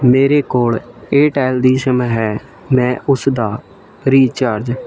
ਮੇਰੇ ਕੋਲ ਏਅਰਟੈਲ ਦੀ ਸਿੰਮ ਹੈ ਮੈਂ ਉਸ ਦਾ ਰੀਚਾਰਜ